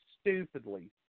stupidly